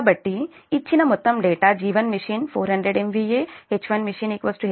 కాబట్టి ఇచ్చిన మొత్తం data G1machine 400 MVA H1machine H1 అంటే 4